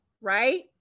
right